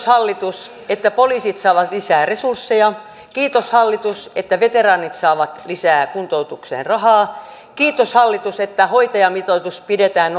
hallitus että poliisit saavat lisää resursseja kiitos hallitus että veteraanit saavat lisää kuntoutukseen rahaa kiitos hallitus että hoitajamitoitus pidetään